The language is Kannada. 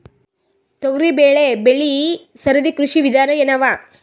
ತೊಗರಿಬೇಳೆ ಬೆಳಿ ಸರದಿ ಕೃಷಿ ವಿಧಾನ ಎನವ?